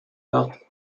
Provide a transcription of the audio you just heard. partent